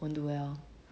won't do well